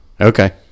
Okay